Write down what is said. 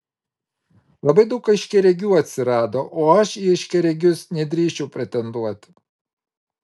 labai daug aiškiaregių atsirado o aš į aiškiaregius nedrįsčiau pretenduoti